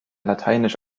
lateinisch